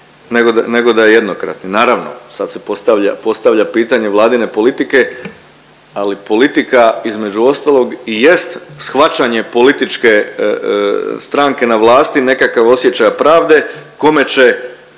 nego da je jednokratni. Naravno sad se postavlja čitanje vladine politike, ali politika između ostalog i jest shvaćanje političke stranke na vlasti, nekakav osjećaj pravde kome će